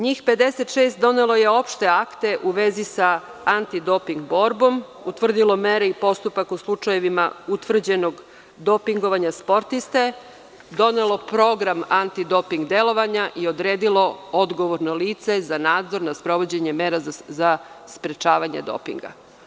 Njih 56 donelo je opšte akte u vezi sa antidoping borbom, utvrdilo mere i postupak u slučajevima utvrđenog dopingovanja sportiste, donelo program antidoping delovanja i odredilo odgovorno lice za nadzor nad sprovođenjem mera za sprečavanje dopinga.